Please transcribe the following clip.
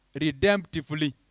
redemptively